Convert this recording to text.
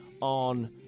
on